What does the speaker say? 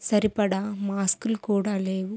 సరిపడా మాస్కులు కూడా లేవు